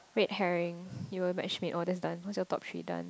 you were matchmade oh that's done what's your top three done